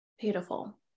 Beautiful